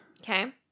Okay